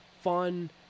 fun